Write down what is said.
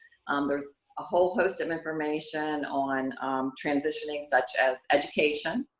there's a whole host of information on transitioning such as education,